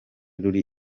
ruri